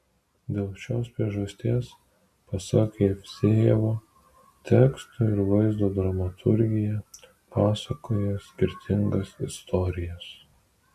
dėl šios priežasties pasak jevsejevo teksto ir vaizdo dramaturgija pasakoja skirtingas istorijas